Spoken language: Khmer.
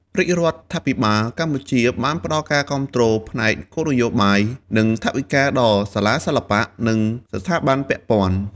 រាជរដ្ឋាភិបាលកម្ពុជាបានផ្តល់ការគាំទ្រផ្នែកគោលនយោបាយ និងថវិកាដល់សាលាសិល្បៈ និងស្ថាប័នពាក់ព័ន្ធ។